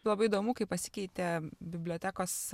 labai įdomu kaip pasikeitė bibliotekos